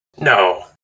No